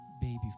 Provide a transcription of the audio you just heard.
baby